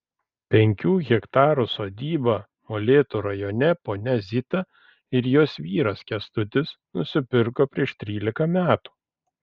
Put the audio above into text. penkių hektarų sodybą molėtų rajone ponia zita ir jos vyras kęstutis nusipirko prieš trylika metų